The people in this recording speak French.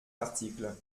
l’article